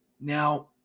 Now